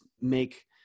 make